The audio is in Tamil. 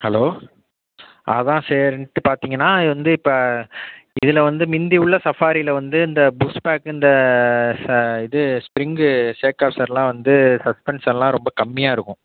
ஹலோ அதான் சரின்ட்டு பார்த்திங்கனா வந்து இப்போ இதில் வந்து முந்தி உள்ள சஃபாரியில் வந்து இந்த புஷ் பேக்கு இந்த இது ஸ்ப்ரிங்கு ஷேக்கார்சர்லாம் வந்து சஸ்பன்ஸ் எல்லாம் ரொம்ப கம்மியாகருக்கும்